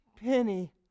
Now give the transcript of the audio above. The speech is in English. penny